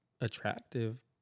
attractive